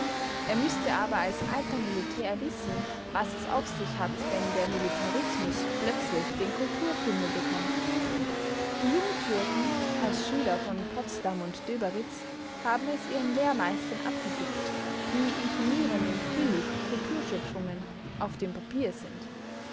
er müßte aber als alter militär wissen was es auf sich hat wenn der militarismus plötzlich den kulturfimmel bekommt die jungtürken als schüler von potsdam und döberitz haben es ihren lehrmeistern abgeguckt wie imponierend und billig kulturschöpfungen auf dem papier sind